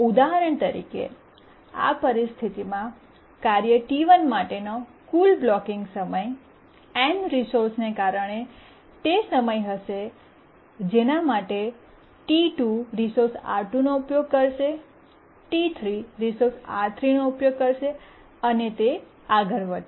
ઉદાહરણ તરીકે આ પરિસ્થિતિમાં કાર્ય T1 માટેનો કુલ બ્લોકીંગ સમય n રિસોર્સને કારણે તે સમય હશે જેના માટે T2 રિસોર્સ R2 નો ઉપયોગ કરશે T3 રિસોર્સ R3 નો ઉપયોગ કરશે અને તે આગળ વધશે